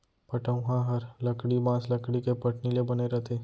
पटउहॉं हर लकड़ी, बॉंस, लकड़ी के पटनी ले बने रथे